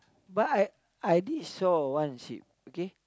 but I I did saw one ship okay